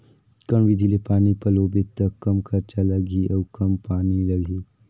कौन विधि ले पानी पलोबो त कम खरचा लगही अउ कम पानी लगही?